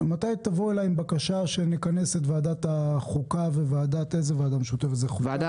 מתי תבוא אלי עם בקשה שנכנס את ועדת החוקה וועדה משותפת איזו ועדה?